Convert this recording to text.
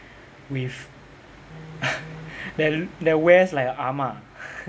with that that wears like a ah ma